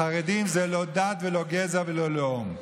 החרדים זה לא דת ולא גזע ולא לאום,